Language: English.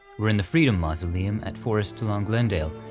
we're in the freedom mausoleum at forest lawn glendale,